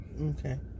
Okay